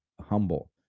humble